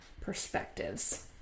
perspectives